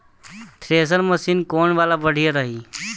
Thresher machine कौन वाला बढ़िया रही?